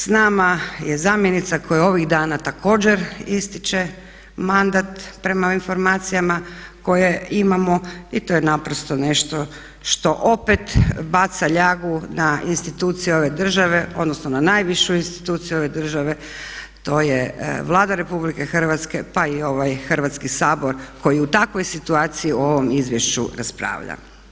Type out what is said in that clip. S nama je zamjenica koja je ovih dana također ističe mandat prema informacijama koje imamo i to je naprosto nešto što opet baca ljagu na institucije ove države, odnosno na najvišu instituciju ove države to je Vlada Republike Hrvatske pa i ovaj Hrvatski sabor koji u takvoj situaciju o ovom izvješću raspravlja.